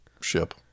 ship